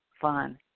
fun